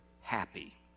happy